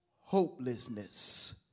hopelessness